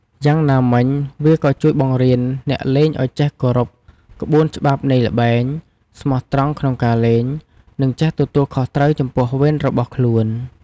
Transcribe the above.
យ៉ាងណាមិញ វាក៏ជួយបង្រៀនអ្នកលេងឱ្យចេះគោរពក្បួនច្បាប់នៃល្បែង ស្មោះត្រង់ក្នុងការលេង និងចេះទទួលខុសត្រូវចំពោះវេនរបស់ខ្លួន។